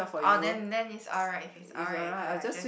orh then then it's alright it's alright if you are just